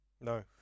No